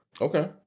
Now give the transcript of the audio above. Okay